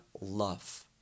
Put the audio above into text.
love